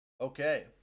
Okay